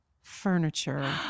furniture